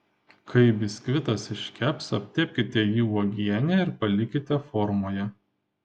kai biskvitas iškeps aptepkite jį uogiene ir palikite formoje